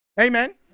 Amen